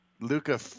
Luca